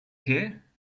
care